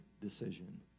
decision